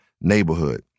neighborhood